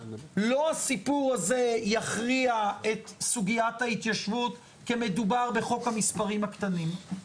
לא הסיפור הזה יכריע את סוגיית ההתיישבות כי מדובר בחוק המספרים הקטנים.